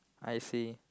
I see